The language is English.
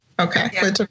Okay